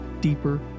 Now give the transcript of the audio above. deeper